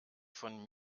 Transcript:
von